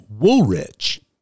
Woolrich